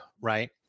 right